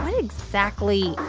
but exactly,